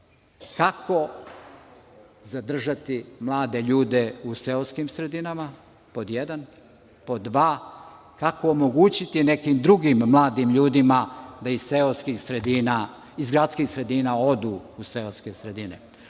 kako zadržati mlade ljude u seoskim sredinama, pod jedan, a pod dva – kako omogućiti nekim drugim mladim ljudima da iz gradskih sredina odu u seoske sredine.